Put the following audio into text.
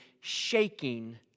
shaking